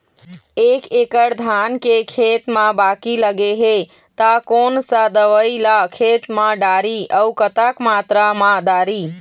एक एकड़ धान के खेत मा बाकी लगे हे ता कोन सा दवई ला खेत मा डारी अऊ कतक मात्रा मा दारी?